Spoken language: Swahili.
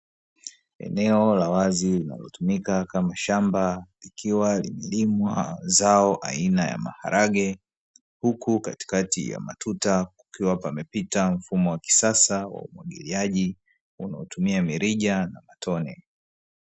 Eneo la wazi linalotumika kama shamba likiwa limelimwa zao aina ya maharage, huku katikati ya matuta kukiwa pamepita mfumo wa kisasa wa umwagiliaji unaotumia mirija na matone.